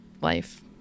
life